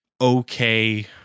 okay